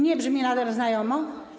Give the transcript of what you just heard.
Nie brzmi nader znajomo?